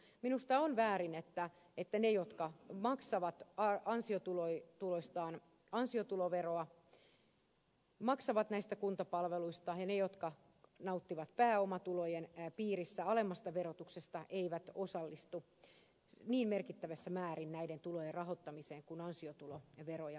minusta on väärin että ne jotka maksavat ansiotuloistaan ansiotuloveroa maksavat näistä kuntapalveluista ja ne jotka nauttivat pääomatulojen piirissä alemmasta verotuksesta eivät osallistu niin merkittävässä määrin näiden menojen rahoittamiseen kuin ansiotuloveroja maksavat